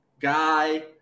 guy